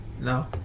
No